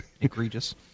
Egregious